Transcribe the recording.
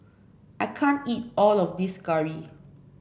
I can't eat all of this curry